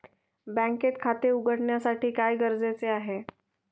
बँकेत खाते उघडण्यासाठी काय गरजेचे आहे?